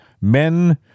men